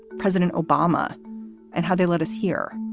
president obama and how they led us here.